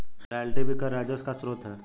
royalty भी कर राजस्व का स्रोत है